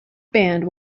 band